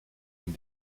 een